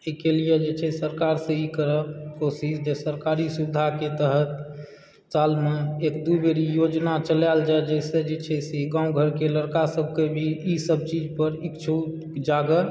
ई के लिए जे छै से सरकार से ई करब कोशिश जे सरकारी सुविधाके तहत सालमऽ एक दू बेर ई योजना चलायल जाय जाहिसँ जे छै गाँव घरके लड़का सभके भी ईभ चीज पर इच्छा जागत